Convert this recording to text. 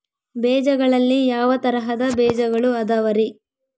ಬೇಜಗಳಲ್ಲಿ ಯಾವ ತರಹದ ಬೇಜಗಳು ಅದವರಿ?